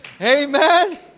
Amen